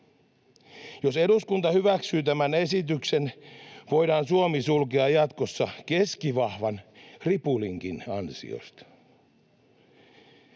Jos eduskunta hyväksyy tämän esityksen, voidaan Suomi sulkea jatkossa keskivahvan ripulinkin ansiosta.